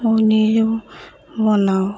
পনীৰো বনাওঁ